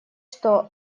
что